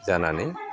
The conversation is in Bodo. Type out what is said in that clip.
जानानै